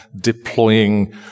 deploying